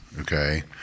okay